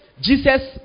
Jesus